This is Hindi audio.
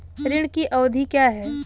ऋण की अवधि क्या है?